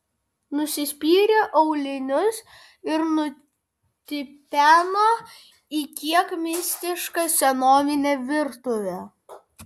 nusispyrė aulinius ir nutipeno į kiek mistišką senovinę virtuvę